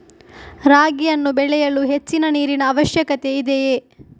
ರಾಗಿಯನ್ನು ಬೆಳೆಯಲು ಹೆಚ್ಚಿನ ನೀರಿನ ಅವಶ್ಯಕತೆ ಇದೆಯೇ?